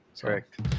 Correct